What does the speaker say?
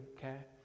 care